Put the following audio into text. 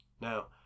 now